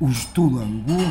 už tų langų